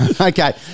Okay